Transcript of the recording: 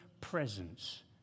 presence